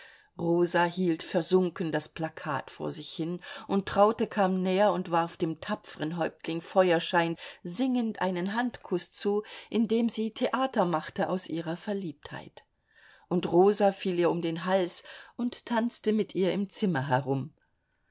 rosa hielt versunken das plakat vor sich hin und traute kam näher und warf dem tapfren häuptling feuerschein singend einen handkuß zu indem sie theater machte aus ihrer verliebtheit und rosa fiel ihr um den hals und tanzte mit ihr im zimmer herum